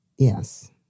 Yes